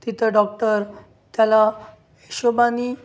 तिथं डॉक्टर त्याला हिशोबाने